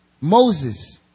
Moses